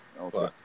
Okay